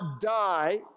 die